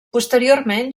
posteriorment